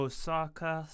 Osaka